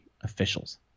officials